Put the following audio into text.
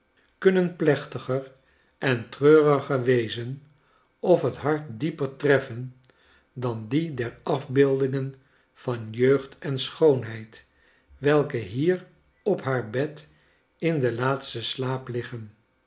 kunnen plechtiger en treuriger wezen of het hart dieper treffen dan die der afoeeldingen van jeugd en schoonheid welke hier op haar bed in den laatsten slaap liggen